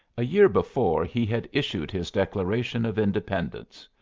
a year before he had issued his declaration of independence.